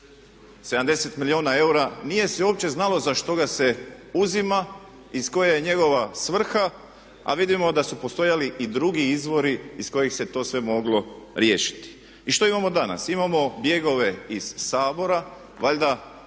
70 milijuna eura nije se uopće znalo za što ga se uzima, i koja je njegova svrha a vidimo da su postojali i drugi izvori iz kojih se to sve moglo riješiti. I što imamo danas? Imamo bjegove iz Sabora, valjda